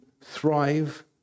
thrive